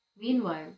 Meanwhile